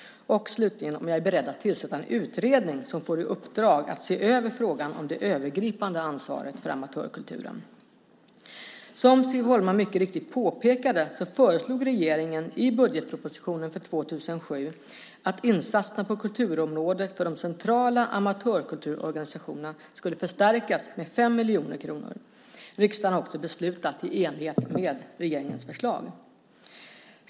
Är jag beredd att tillsätta en utredning som får i uppdrag att se över frågan om det övergripande ansvaret för amatörkulturen? Som Siv Holma mycket riktigt påpekar föreslog regeringen i budgetpropositionen för 2007 att insatserna på kulturområdet för de centrala amatörkulturorganisationerna skulle förstärkas med 5 miljoner kronor. Riksdagen har också beslutat i enlighet med regeringens förslag.